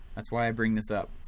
that's why i bring this up.